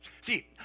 See